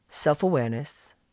self-awareness